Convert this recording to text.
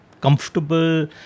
comfortable